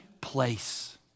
place